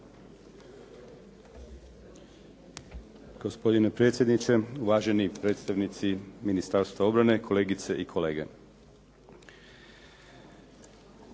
Hvala vam